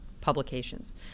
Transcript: publications